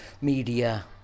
media